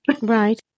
Right